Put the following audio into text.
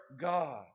God